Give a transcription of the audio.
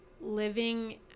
living